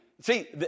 See